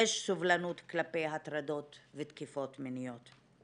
יש סובלנות כלפי הטרדות ותקיפות מיניות.